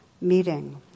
meeting